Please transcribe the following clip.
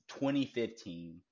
2015